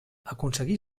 aconseguir